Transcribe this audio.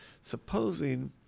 supposing